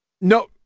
No